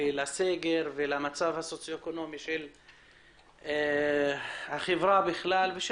הסגר והמצב הסוציו-אקונומי של החברה בכלל ושל